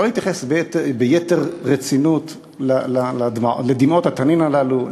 לא להתייחס ביתר רצינות לדמעות התנין הללו,